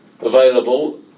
Available